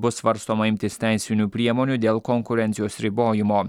bus svarstoma imtis teisinių priemonių dėl konkurencijos ribojimo